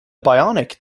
bionic